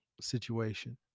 situation